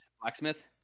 Blacksmith